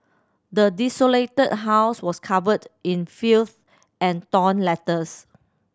the desolated house was covered in filth and torn letters